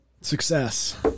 Success